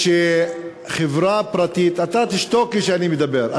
כשחברה פרטית, אתה תשתוק כשאני מדבר.